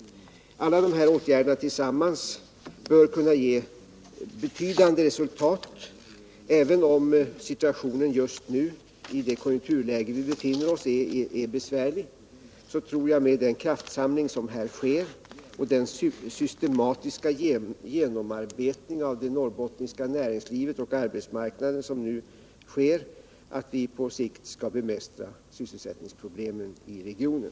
Alla dessa åtgärder tillsammans bör kunna ge betydande resultat. Även om situationen i det konjunkturläge vi befinner oss i är besvärlig tror jag att vi, med den kraftsamling som sker och med den systematiska genomarbetning av det norrländska näringslivet och den norrländska arbetsmarknaden som görs, på sikt skall bemästra sysselsättningsproblemen i regionen.